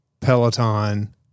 Peloton